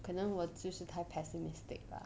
可能我就是太 pessimistic bah